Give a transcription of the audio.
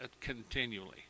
continually